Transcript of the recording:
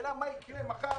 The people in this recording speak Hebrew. השאלה מה יקרה מחר,